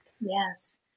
Yes